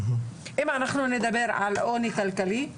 אם אנחנו נדבר על עוני כלכלי,